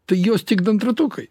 tai jos tik dantratukai